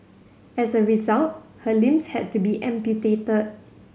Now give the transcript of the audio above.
as a result her limbs had to be amputated